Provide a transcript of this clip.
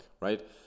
right